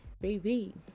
baby